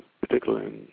particularly